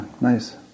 nice